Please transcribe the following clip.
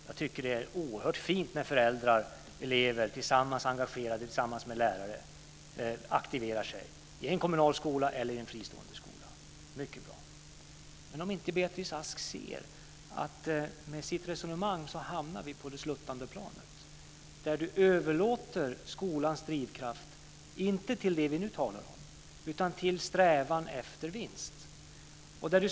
Jag tycker att det är oerhört fint när föräldrar och elever tillsammans är engagerade och tillsammans med lärare aktiverar sig i en kommunal skola eller i en fristående skola. Det är mycket bra. Men ser inte Beatrice Ask att vi med hennes resonemang hamnar på det sluttande planet där man överlåter skolans drivkraft inte till det som vi nu talar om utan till en strävan efter vinst?